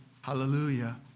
hallelujah